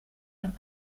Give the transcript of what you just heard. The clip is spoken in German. und